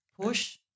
push